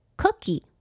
cookie，